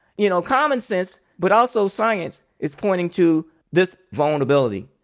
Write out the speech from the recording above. you know, commonsense but also science is pointing to this vulnerability.